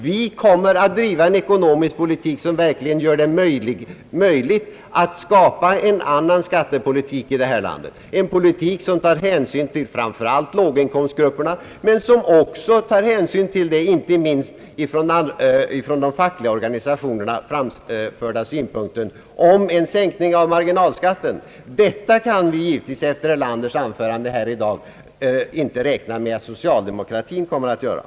Vi kommer att driva en ekonomisk politik, som verkligen gör det möjligt att skapa en annan skattepolitik i detta land, en politik som tar hänsyn till framför allt låginkomstgrupperna, men som också tar hänsyn till den inte minst från de fackliga organisationerna framförda synpunkten om en sänkning av marginalskatten. Detta kan vi givetvis inte efter herr Erlanders anförande här i dag räkna med att socialdemokratin kommer att göra.